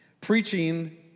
preaching